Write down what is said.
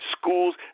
schools